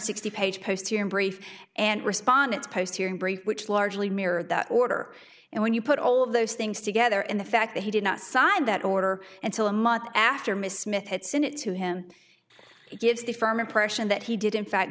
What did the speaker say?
sixty page post here brief and respondents post here in brief which largely mirrored that order and when you put all of those things together in the fact that he did not signed that order until a month after miss smith had sent it to him it gives the firm impression that he did in fact